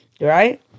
right